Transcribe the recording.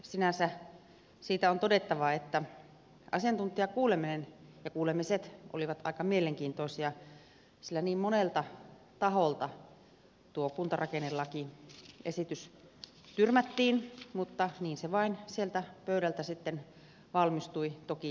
sinänsä siitä on todettava että asiantuntijakuulemiset olivat aika mielenkiintoisia sillä niin monelta taholta tuo kuntarakennelakiesitys tyrmättiin mutta niin se vain sieltä pöydältä valmistui toki vastalauseineen